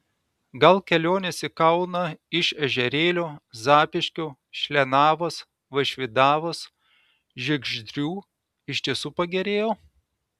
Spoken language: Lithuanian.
gal kelionės į kauną iš ežerėlio zapyškio šlienavos vaišvydavos žiegždrių iš tiesų pagerėjo